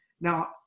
now